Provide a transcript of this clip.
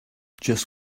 just